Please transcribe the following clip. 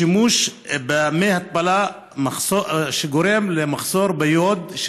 שימוש במי התפלה גורם למחסור ביוד,